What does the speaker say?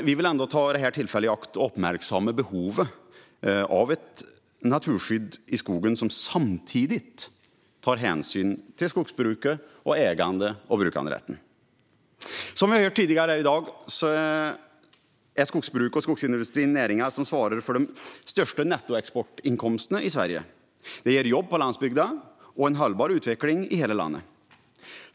Vi vill ändå ta tillfället i akt och uppmärksamma behovet av ett naturskydd i skogen som samtidigt tar hänsyn till skogsbruket och ägande och brukanderätten. Som vi har hört tidigare här i dag är skogsbruket och skogsindustrin näringar som svarar för de största nettoexportinkomsterna i Sverige. Det ger jobb på landsbygden och en hållbar utveckling i hela landet.